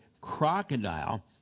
crocodile